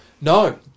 No